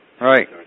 Right